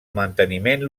manteniment